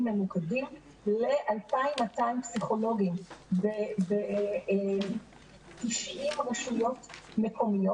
ממוקדים ל-2,200 פסיכולוגים ב-90 רשויות מקומיות.